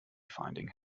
finding